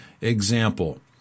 Example